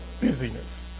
busyness